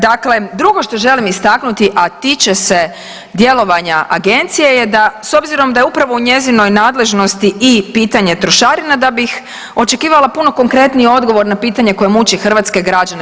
Dakle, drugo što želim istaknuti, a tiče se djelovanja agencije je da s obzirom da je upravo u njezinoj nadležnosti i pitanje trošarina da bih očekivala puno konkretniji odgovor na pitanje koje muči hrvatske građane.